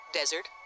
desert